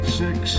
six